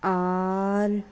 R